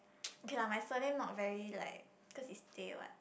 okay lah my surname not very like cause it's Tay what